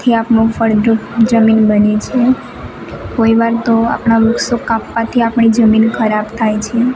થી આપણું ફળદ્રુપ જમીન બને છે કોઈ વાર તો આપણા વૃક્ષો કાપવાથી આપણી જમીન ખરાબ થાય છે